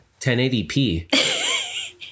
1080p